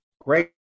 Great